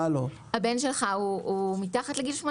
הבן שלך הוא מתחת לגיל 18?